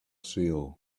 sale